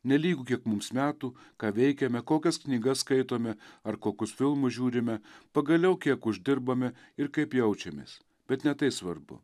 nelygu kiek mums metų ką veikiame kokias knygas skaitome ar kokius filmus žiūrime pagaliau kiek uždirbame ir kaip jaučiamės bet ne tai svarbu